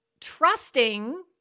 trusting